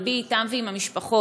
לבי אתם ועם המשפחות,